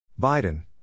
Biden